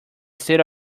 state